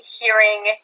hearing